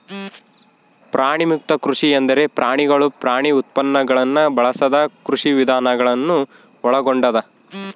ಪ್ರಾಣಿಮುಕ್ತ ಕೃಷಿ ಎಂದರೆ ಪ್ರಾಣಿಗಳು ಪ್ರಾಣಿ ಉತ್ಪನ್ನಗುಳ್ನ ಬಳಸದ ಕೃಷಿವಿಧಾನ ಗಳನ್ನು ಒಳಗೊಂಡದ